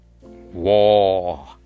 War